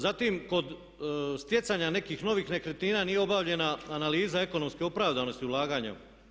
Zatim, kod stjecanja nekih novih nekretnina nije obavljena analiza ekonomske opravdanosti ulaganja.